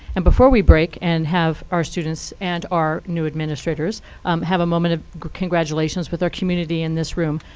and before we break and have our students and our new administrators have a moment of congratulations with our community in this room,